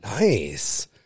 Nice